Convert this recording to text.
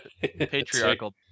patriarchal